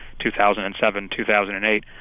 2007-2008